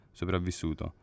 sopravvissuto